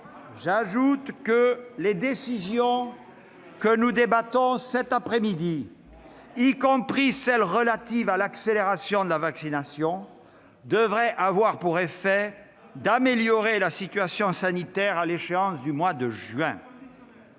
J'ajoute que les décisions dont nous débattons cet après-midi, y compris celles relatives à l'accélération de la vaccination, devraient avoir pour effet d'améliorer la situation sanitaire à l'échéance du mois de juin.